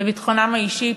בביטחונם האישי,